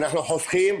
אנחנו חוסכים.